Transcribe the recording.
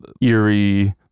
eerie